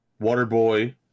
Waterboy